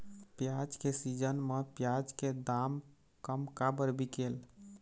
प्याज के सीजन म प्याज के दाम कम काबर बिकेल?